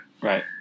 Right